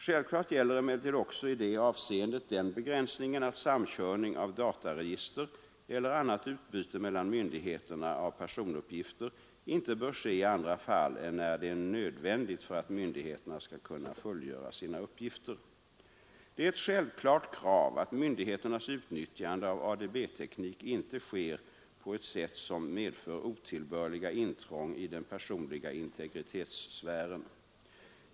Självklart gäller emellertid också i det avseendet den begränsningen att samkörning av dataregister eller annat utbyte mellan myndigheterna av personuppgifter inte bör ske i andra fall än när det är nödvändigt för att myndigheterna skall kunna fullgöra sina uppgifter. Det är ett självklart krav att myndigheternas utnyttjande av ADB teknik inte sker på ett sätt som medför otillbörliga intrång i den personliga integritetssfären.